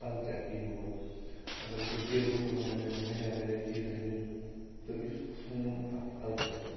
culture تہِ یور اگر أسۍ وٕچھو ٹیبہٕ کٲم أنٕنۍ واریاہ واریاہ چیٖز أنٕنۍ تہٕ یُس سون اَکھ کَلچَر تہِ